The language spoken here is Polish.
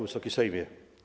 Wysoki Sejmie!